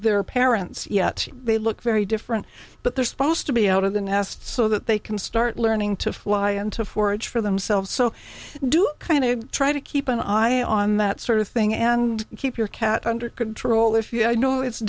their parents yet they look very different but they're supposed to be out of the nest so that they can start learning to fly and to forage for themselves so do kind of try to keep an eye on that sort of thing and keep your cat under control if you i know it's